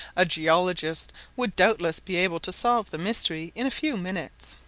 a geologist would doubtless be able to solve the mystery in a few minutes.